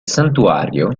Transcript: santuario